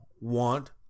want